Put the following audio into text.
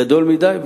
גדול מדי,